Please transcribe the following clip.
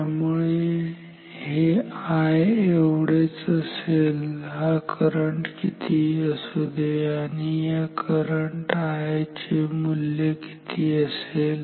त्यामुळे हे I एवढेच असेल हा करंट कितीही असू दे आणि या करंट I चे मूल्य किती असेल